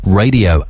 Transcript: radio